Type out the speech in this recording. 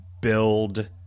build